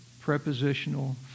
Prepositional